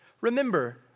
Remember